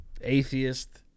atheist